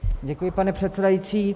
Děkuji, pane předsedající.